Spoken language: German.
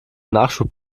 nachschub